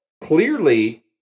Clearly